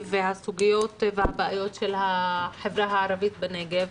והסוגיות והבעיות של החברה הערבית בנגב,